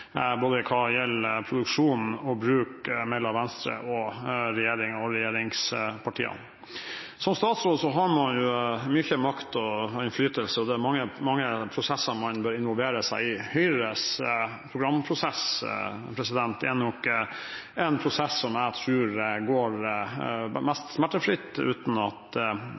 både hva gjelder produksjon og bruk, mellom Venstre og regjeringen og regjeringspartiene. Som statsråd har man jo mye makt og innflytelse, og det er mange prosesser man bør involvere seg i. Høyres programprosess er nok en prosess som jeg tror går mest smertefritt uten at